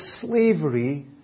slavery